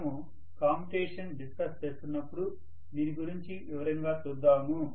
మనము commutation discuss చేస్తున్నప్పుడు దీని గురించి వివరంగా చూద్దాము